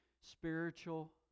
spiritual